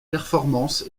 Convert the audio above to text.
performance